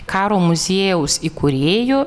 karo muziejaus įkūrėju